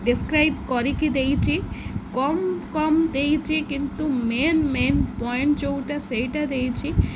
describe କରିକି ଦେଇଛି କମ୍ କମ୍ ଦେଇଛି କିନ୍ତୁ ମେନ୍ ମେନ୍ ପଏଣ୍ଟ ଯେଉଁଟା ସେଇଟା ଦେଇଛି